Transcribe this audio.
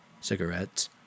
cigarettes